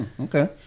Okay